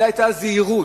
זאת היתה הזהירות.